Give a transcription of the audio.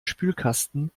spülkasten